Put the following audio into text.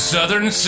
Southern